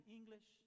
English